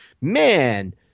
man